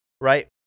right